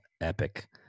epic